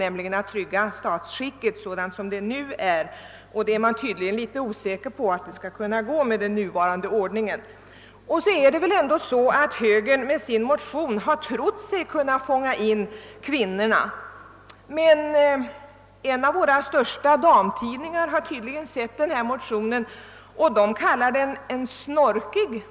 Det är att trygga statsskicket sådant det nu är, och man är tydligen litet osäker om att detta kan ske med den nuvarande ordningen. Sedan är det väl också på det sättet att högern med sin motion har velat fånga in kvinnorna. Men en av våra största damtidningar har tydligen läst motionen och kallar den för »snorkig».